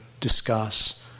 discuss